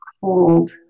cold